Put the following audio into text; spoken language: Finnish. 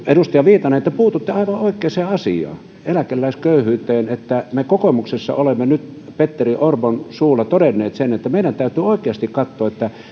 edustaja viitanen te puututte aivan oikeaan asiaan eläkeläisköyhyyteen me kokoomuksessa olemme nyt petteri orpon suulla todenneet sen että meidän täytyy oikeasti katsoa